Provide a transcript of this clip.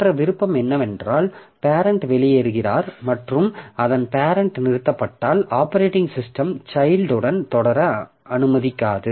மற்ற விருப்பம் என்னவென்றால் பேரெண்ட் வெளியேறுகிறார் மற்றும் அதன் பேரெண்ட் நிறுத்தப்பட்டால் ஆப்பரேட்டிங் சிஸ்டம் சைல்ட் உடன் தொடர அனுமதிக்காது